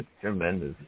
Tremendous